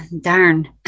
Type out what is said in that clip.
Darn